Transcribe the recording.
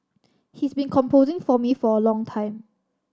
he's been composing for me for a long time